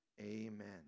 Amen